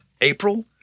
April